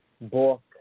book